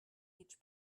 each